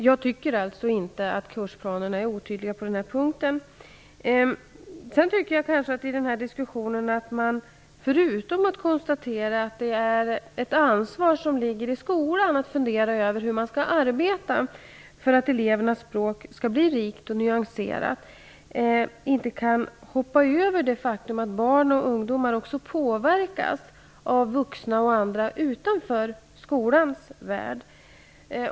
Jag tycker inte att kursplanerna är oklara på denna punkt. Man kan vidare konstatera att det inte bara är ett ansvar som åligger skolan att fundera över hur man skall arbeta för att elevernas språk skall bli rikt och nyanserat. Man kan inte hoppa över det faktum att barn och ungdomar påverkas också av vuxna och andra utanför skolans värld.